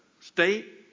state